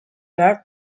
dark